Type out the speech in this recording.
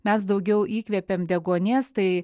mes daugiau įkvepiam deguonies tai